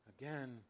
again